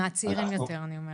מהצעירים יותר, אני אומרת.